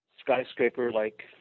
skyscraper-like